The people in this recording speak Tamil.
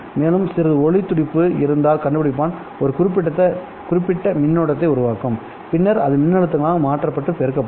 மேலும் சிறிது ஒளி துடிப்பு இருந்தால் கண்டுபிடிப்பான் ஒரு குறிப்பிட்ட மின்னோட்டத்தை உருவாக்கும்பின்னர் அது மின்னழுத்தமாக மாற்றப்பட்டு பெருக்கப்படும்